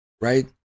right